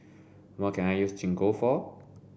what can I use Gingko for